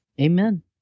Amen